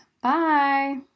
Bye